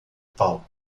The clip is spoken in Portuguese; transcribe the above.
palco